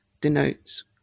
denotes